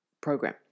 program